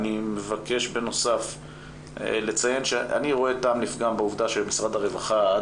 אני מבקש בנוסף לציין שאני רואה טעם לפגם בעובדה שמשרד הרווחה עד